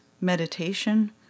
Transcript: meditation